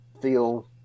feel